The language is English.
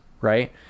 right